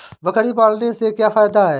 बकरी पालने से क्या फायदा है?